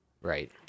Right